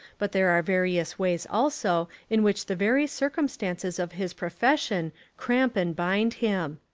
but there are various ways also in which the very circumstances of his profession cramp and bind him.